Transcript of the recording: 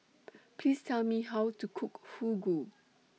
Please Tell Me How to Cook Fugu